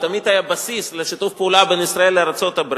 ותמיד היה בסיס לשיתוף פעולה בין ישראל לארצות-הברית,